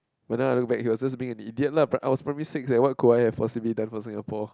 but now I look back he was being an idiot lah I was primary six eh what could I have possibly done for Singapore